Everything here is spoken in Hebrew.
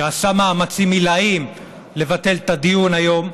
שעשה מאמצים עילאיים לבטל את הדיון היום,